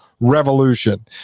revolution